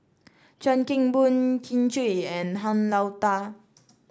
Chuan Keng Boon Kin Chui and Han Lao Da